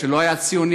שלא היה ציוני,